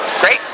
Great